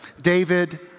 David